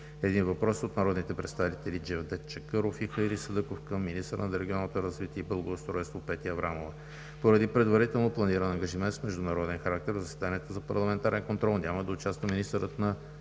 един въпрос от народните представители Джевдет Чакъров и Хайри Садъков към министъра на регионалното развитие и благоустройството Петя Аврамова. Поради предварително планиран ангажимент с международен характер в заседанието за парламентарен контрол няма да участва министърът на